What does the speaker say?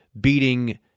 beating